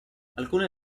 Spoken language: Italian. alcune